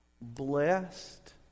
blessed